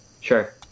Sure